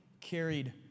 carried